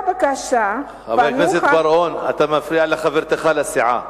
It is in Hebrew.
חבר הכנסת בר-און, אתה מפריע לחברתך לסיעה.